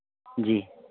जी